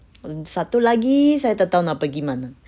mm satu lagi saya tak tahu nak pergi mana